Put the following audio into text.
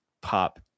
pop